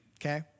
Okay